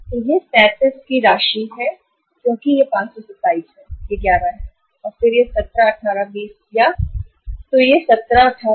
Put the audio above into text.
तो यह 37 की राशि है क्योंकि यह 527 है यह 11 है और फिर यह 17 18 20 य 3 है